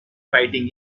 fighting